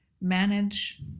manage